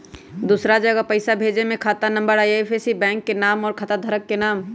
दूसरा जगह पईसा भेजे में खाता नं, आई.एफ.एस.सी, बैंक के नाम, और खाता धारक के नाम?